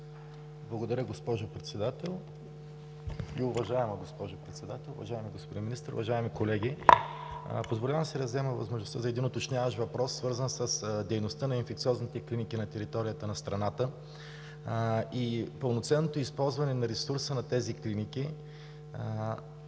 Благодаря, уважаема госпожо Председател. Уважаеми господин Министър, уважаеми колеги! Позволявам си да взема възможността за един уточняващ въпрос, свързан с дейността на инфекциозните клиники на територията на страната и пълноценното използване на ресурса на тези клиники,